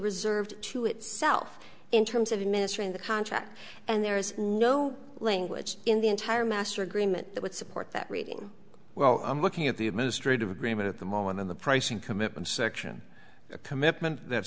reserved to itself in terms of administering the contract and there is no language in the entire master agreement that would support that reading well i'm looking at the administrative agreement at the moment in the pricing commitments section a commitment that